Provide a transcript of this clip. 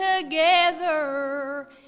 together